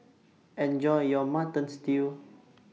Enjoy your Mutton Stew